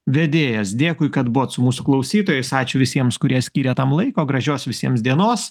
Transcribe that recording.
vedėjas dėkui kad buvot su mūsų klausytojais ačiū visiems kurie skyrė tam laiko gražios visiems dienos